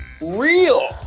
real